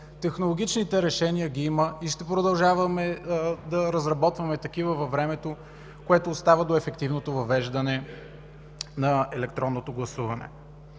Технологичните решения ги има и ще продължаваме да разработваме такива във времето, което остава до ефективното въвеждане на електронното гласуване.